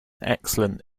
excellent